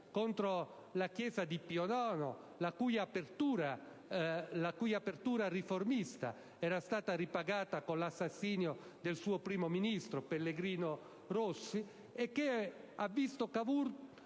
contro la Chiesa di Pio IX, la cui apertura riformista era stata ripagata con l'assassinio del suo primo ministro, Pellegrino Rossi, e che Cavour,